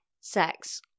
sex